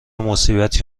مصیبتی